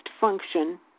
function